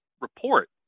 report